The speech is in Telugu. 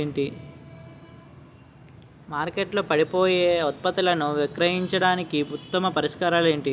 మార్కెట్లో పాడైపోయే ఉత్పత్తులను విక్రయించడానికి ఉత్తమ పరిష్కారాలు ఏంటి?